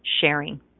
sharing